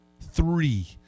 Three